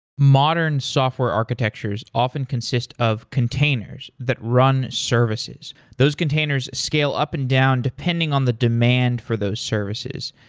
modern software architectures often consist of containers that run services. those containers scale up and down depending on the demand for those services.